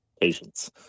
patience